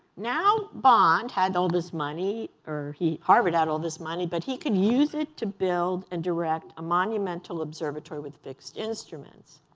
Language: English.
now bond had all this money or harvard out all this money, but he could use it to build and direct a monumental observatory with fixed instruments.